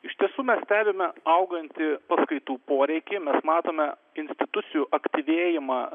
iš tiesų mes stebime augantį paskaitų poreikį mes matome institucijų aktyvėjimą